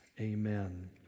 Amen